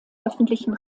öffentlichen